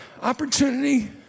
opportunity